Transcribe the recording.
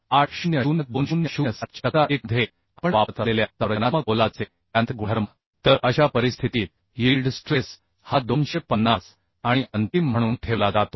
800 2007 च्या तक्ता 1 मध्ये आपण वापरत असलेल्या संरचनात्मक पोलादाचे यांत्रिक गुणधर्म तर अशा परिस्थितीत यील्ड स्ट्रेस हा 250 आणि अंतिम म्हणून ठेवला जातो